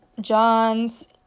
John's